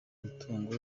umutungo